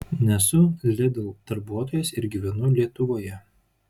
nesu lidl darbuotojas ir gyvenu lietuvoje